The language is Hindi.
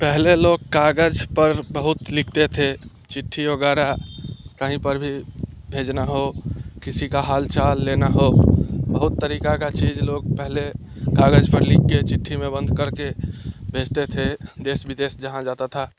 पहले लोग कागज पर बहुत लिखते थे चिट्ठी वगैरह कहीं पर भी भेजना हो किसी का हालचाल लेना हो बहुत तरीका का चीज लोग पहले कागज पर लिख के चिट्ठी में बंद करके भेजते थे देश विदेश जहाँ जाता था